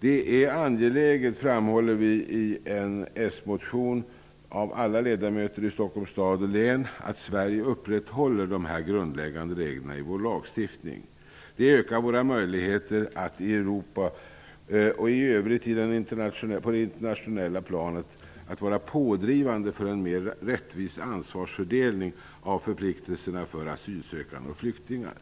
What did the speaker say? Som vi socialdemokrater framhåller i en motion av alla ledamöter i Stockholms stad och län, är det angeläget att Sverige upprätthåller dessa grundläggande regler i vår lagstiftning. Det ökar våra möjligheter i Europa och i övrigt på det internationella planet att vara pådrivande för en mer rättvis ansvarsfördelning av förpliktelserna för asylsökande och flyktingar.